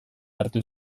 hartu